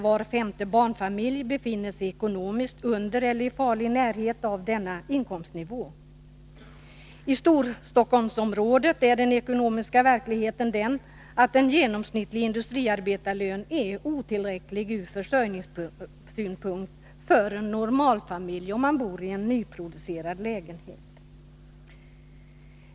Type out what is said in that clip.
Var femte barnfamilj befinner sig ekonomiskt under eller i farlig närhet av denna inkomstnivå. I Storstockholmsområdet är den ekonomiska verkligheten den att en genomsnittlig industriarbetarlön är otillräcklig ur försörjningssynpunkt för en normalfamilj som bor i en nyproducerad lägenhet.